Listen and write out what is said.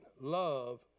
love